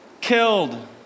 Killed